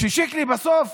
שיקלי בסוף